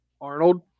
Arnold